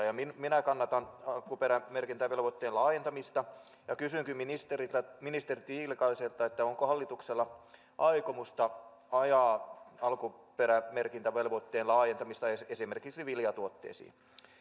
ja maitotuotteissa minä kannatan alkuperämerkintävelvoitteen laajentamista ja kysynkin ministeri tiilikaiselta onko hallituksella aikomusta ajaa alkuperämerkintävelvoitteen laajentamista esimerkiksi viljatuotteisiin